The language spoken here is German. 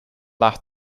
nach